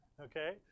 Okay